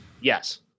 Yes